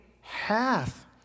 hath